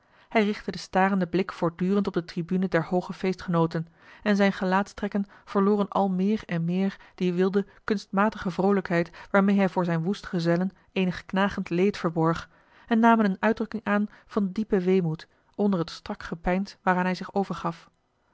hij richtte den starenden blik voortdurend op de tribune der hooge feestgenooten en zijne gelaatstrekken verloren al meer en meer die wilde kunstmatige vroolijkheid waarmeê hij voor zijne woeste gezellen eenig knagend leed verborg en namen eene uitdrukking aan van diepen weemoed onder het strak gepeins waaraan hij zich overgaf